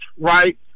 right